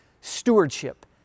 stewardship